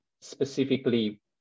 specifically